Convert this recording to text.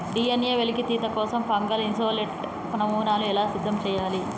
DNA వెలికితీత కోసం fungal isolate నమూనాను ఎలా సిద్ధం చెయ్యాలి?